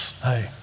Hey